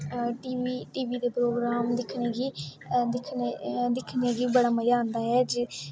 T V दे programme दिक्खने गी दिक्खनें गी बड़ा मज़ा आंदा ऐ